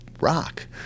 rock